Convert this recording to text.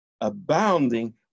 abounding